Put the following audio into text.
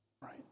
right